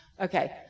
Okay